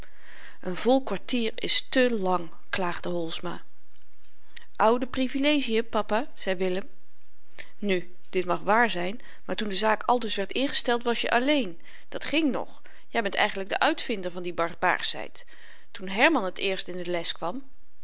n vol kwartier is te lang klaagde holsma oude privilegien papa zei willem nu dit mag waar zyn maar toen de zaak aldus werd ingesteld was je alleen dat ging nog jy bent eigenlyk de uitvinder van die barbaarsheid toen herman t eerst in de les kwam